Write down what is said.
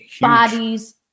bodies